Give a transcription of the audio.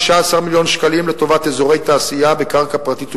16 מיליון שקלים לטובת אזורי תעשייה בקרקע פרטית ומינהל,